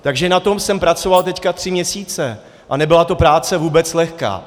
Takže na tom jsem pracoval teď tři měsíce a nebyla to práce vůbec lehká.